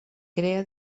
crea